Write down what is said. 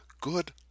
Good